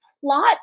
plot